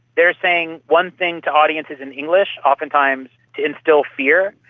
they are saying one thing to audiences in english, oftentimes to instil fear.